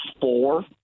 four